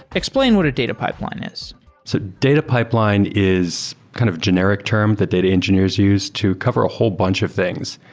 explain what a data pipeline is so data pipeline is kind of generic term that data engineers use to cover a whole bunch of things.